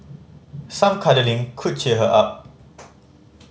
some cuddling could cheer her up